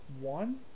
One